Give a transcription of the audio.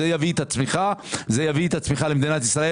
כי זה מה שיביא את הצמיחה למדינת ישראל,